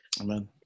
Amen